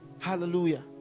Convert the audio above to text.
Hallelujah